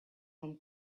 from